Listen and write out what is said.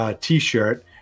T-shirt